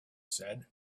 said